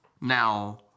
Now—